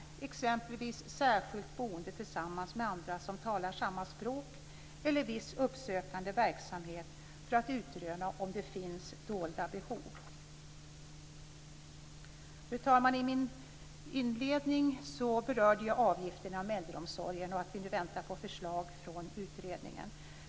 Det kan exempelvis gälla särskilt boende tillsammans med andra som talar samma språk eller en viss uppsökande verksamhet för att utröna om det finns dolda behov. Fru talman! I inledningen av mitt anförande berörde jag avgifterna inom äldreomsorgen och att vi nu väntar på förslag från utredningen.